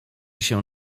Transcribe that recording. się